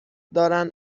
دارند